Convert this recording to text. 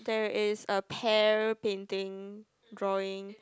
there is a pear painting drawing